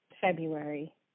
February